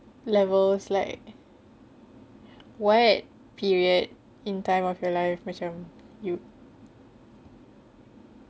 levels like what period in time of your life macam you